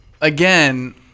again